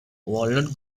walnut